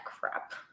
crap